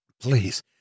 Please